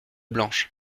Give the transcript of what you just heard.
blanches